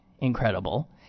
incredible